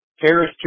Paris